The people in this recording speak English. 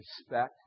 Respect